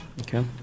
Okay